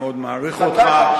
אני מאוד מעריך אותך,